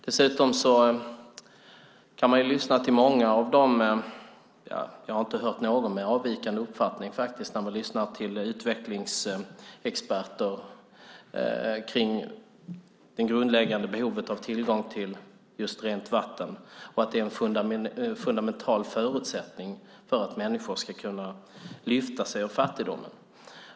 Dessutom kan man lyssna till vad många - jag har inte hört någon med avvikande uppfattning, faktiskt - utvecklingsexperter säger om det grundläggande behovet av tillgång till rent vatten och att det är en fundamental förutsättning för att människor ska kunna lyfta sig ur fattigdomen.